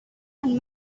and